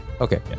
Okay